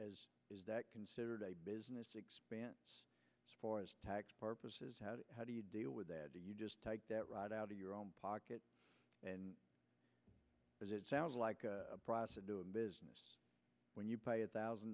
that is that considered a business expense for tax purposes how do you deal with that you just take that right out of your own pocket and as it sounds like a process of doing business when you pay a thousand